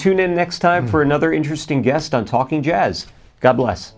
tune in next time for another interesting guest on talking jazz god bless